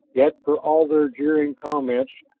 yet for all their jeering comments,